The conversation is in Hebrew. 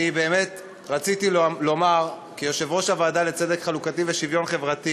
רציתי לומר כיושב-ראש הוועדה לצדק חלוקתי ולשוויון חברתי